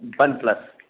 one plus